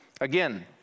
Again